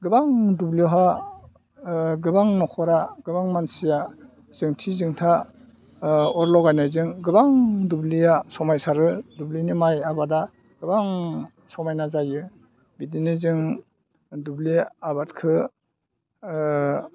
गोबां दुब्लियावहाय गोबां न'खरा गोबां मानसिया जोंथि जोंथा अर लगायनायजों गोबां दुब्लिया समायसारो दुब्लिनि माइ आबादा गोबां समायना जायो बिदिनो जों दुब्लि आबादखौ